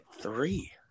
three